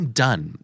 done